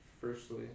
firstly